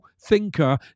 thinker